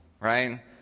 right